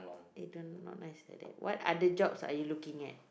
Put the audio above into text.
eh don't not nice like that what other jobs are you looking at